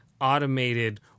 automated